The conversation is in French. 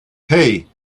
hey